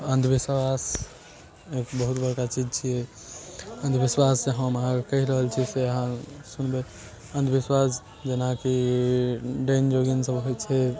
अन्धविश्वास एक बहुत बड़का चीज छियै अन्धविश्वाससँ हम अहाँके कहि रहल छी से अहाँ सुनबै अन्धविश्वास जेनाकि डायन जोगिन सब होइ छै